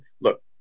look